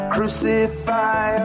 Crucify